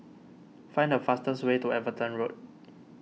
find the fastest way to Everton Road